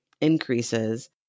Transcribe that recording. increases